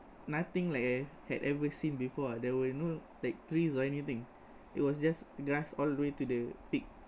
nothing like I had ever seen before there were no like trees or anything it was just grass all the way to the peak